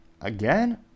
again